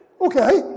Okay